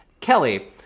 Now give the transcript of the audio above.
Kelly